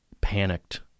panicked